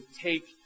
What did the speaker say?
take